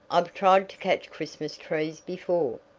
i've tried to catch christmas trees before.